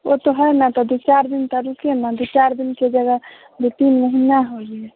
वो तो है ना तो दो चार दिन त रुके ना दो चार दिन के जगह दो तीन महीना हो गए